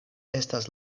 estas